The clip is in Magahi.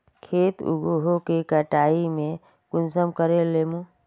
खेत उगोहो के कटाई में कुंसम करे लेमु?